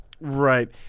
right